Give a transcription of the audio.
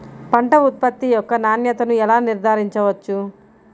పంట ఉత్పత్తి యొక్క నాణ్యతను ఎలా నిర్ధారించవచ్చు?